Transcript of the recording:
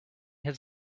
his